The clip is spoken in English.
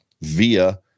via